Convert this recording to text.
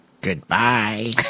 Goodbye